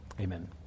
Amen